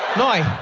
no,